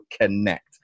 connect